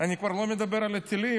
ואני כבר לא מדבר על הטילים.